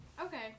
Okay